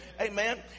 Amen